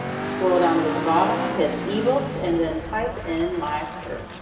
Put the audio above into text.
scroll down to the bottom, hit ebooks and then type in my search.